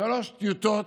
שלוש טיוטות